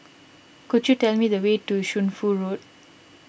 could you tell me the way to Shunfu Road